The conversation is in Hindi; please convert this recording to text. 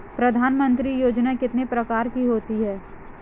प्रधानमंत्री योजना कितने प्रकार की होती है?